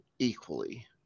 Equally